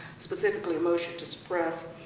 specifically a motion to suppress.